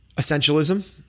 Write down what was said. essentialism